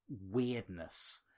weirdness